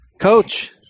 Coach